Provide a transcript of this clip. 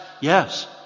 yes